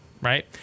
Right